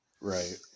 right